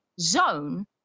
zone